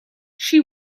she